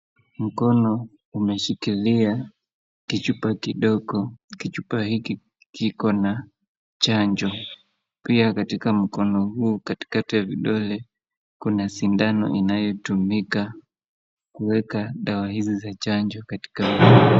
Mkono umeshikilia kichupa kidogo. Kichupa hiki kiko na chanjo. Pia katika mkono huo katikati ya vidole kuna sindano inayotumika kuweka dawa hizi za chanjo katika mwili.